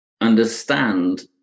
understand